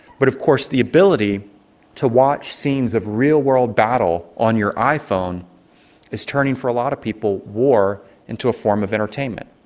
but of course the ability to watch scenes of real-world battle on your iphone is turning, for a lot of people, war into a form of entertainment.